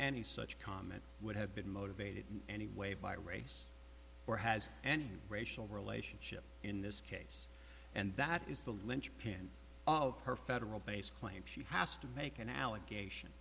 any such comment would have been motivated anyway by race or has and racial relationship in this case and that is the linchpin of her federal base claims she has to make an allegation